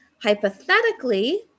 Hypothetically